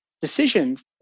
decisions